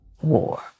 War